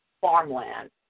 farmland